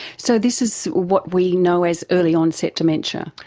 so this is what we know as early onset dementia.